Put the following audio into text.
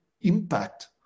impact